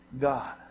God